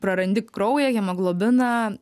prarandi kraują hemoglobiną